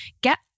get